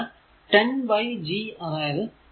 അതിനാൽ 10 by G അതായത് 0